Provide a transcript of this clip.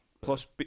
Plus